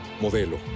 Modelo